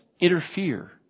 interfere